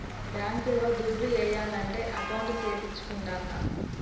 bank లో దుడ్లు ఏయాలంటే అకౌంట్ సేపిచ్చుకుంటాన్న